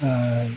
ᱟᱨ